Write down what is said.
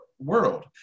World